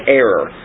error